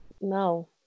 No